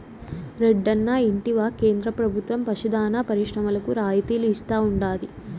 రెడ్డన్నా ఇంటివా కేంద్ర ప్రభుత్వం పశు దాణా పరిశ్రమలకు రాయితీలు ఇస్తా ఉండాది